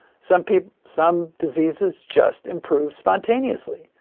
some people, some diseases just improve spontaneously.